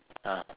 ah